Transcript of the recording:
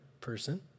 person